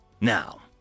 Now